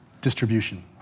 distribution